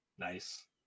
Nice